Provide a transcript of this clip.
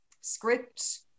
script